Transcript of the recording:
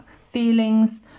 feelings